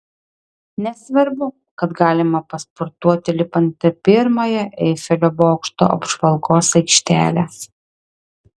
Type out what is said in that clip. nesvarbu kad galima pasportuoti lipant į pirmąją eifelio bokšto apžvalgos aikštelę